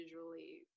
visually